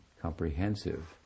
comprehensive